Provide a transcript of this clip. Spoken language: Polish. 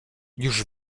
już